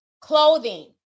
clothing